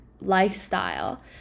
lifestyle